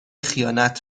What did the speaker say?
خیانت